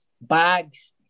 Bags